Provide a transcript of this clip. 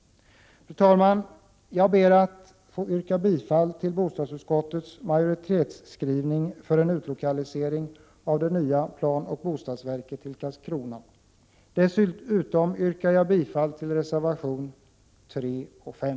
Fru talman! Jag ber att få yrka bifall till bostadsutskottets majoritetsskrivning för en utlokalisering av det nya planoch bostadsverket till Karlskrona. Dessutom yrkar jag bifall till reservationerna 3 och 5.